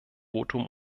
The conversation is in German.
votum